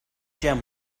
gem